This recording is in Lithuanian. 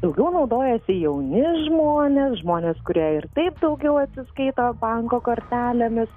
daugiau naudojasi jauni žmonės žmonės kurie ir taip daugiau atsiskaito banko kortelėmis